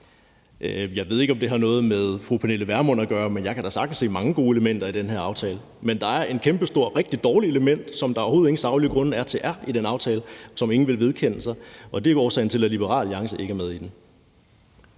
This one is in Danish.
Jeg ved ikke, om det har noget med fru Pernille Vermund at gøre, men jeg kan da sagtens se mange gode elementer i den her aftale. Men der er et kæmpestort, rigtig dårligt element, som der overhovedet ingen saglige grunde er til i den aftale, og det er noget, som ingen vil vedkende sig. Det er årsagen til, at Liberal Alliance ikke er med i den.